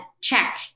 check